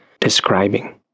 describing